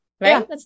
right